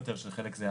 חושב